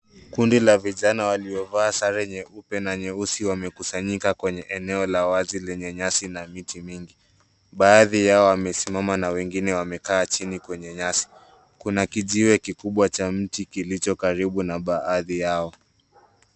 Kundi la vijana waliovaa sare nyeupe na nyeusi wamekusanyika kwenye eneo la wazi lenye nyasi na viti vingi. Baadhi yao wamesimama na wengine wamekaa chini kwenye nyasi. Kuna kijiwe kikubwa cha mti kilicho karibu na baadhi yao.